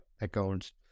accounts